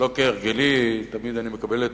שלא כהרגלי, תמיד אני מקבל את